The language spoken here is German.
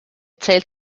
zählt